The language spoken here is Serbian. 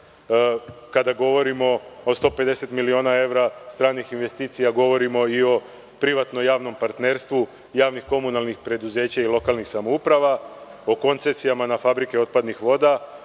govorimo o 150 miliona evra stranih investicija govorimo i o privatno-javnom partnerstvu javno-komunalnih preduzeća i lokalnih samouprava, o koncesijama na fabrike otpadnih voda,